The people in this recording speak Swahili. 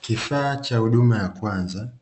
Kifaa cha huduma ya kwanza